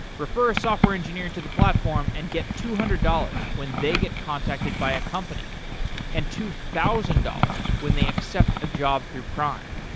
refer software engineering to the platform and get two hundred dollars when they get contacted by a company and two thousand dollars when they accept a job through prime.